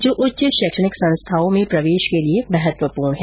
जो उच्च शैक्षिक संस्थाओं में प्रवेश के लिए महत्वपूर्ण हैं